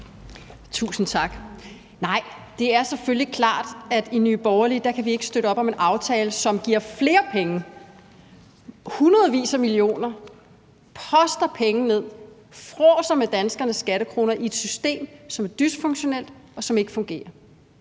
Tusind tak. Nej, det er selvfølgelig klart, at i Nye Borgerlige kan vi ikke støtte op om en aftale, som giver flere penge ud, hundredvis af millioner, som poster penge ud, som fråser med danskernes skattekroner i et system, som er dysfunktionelt, og som ikke fungerer.